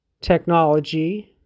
technology